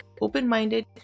open-minded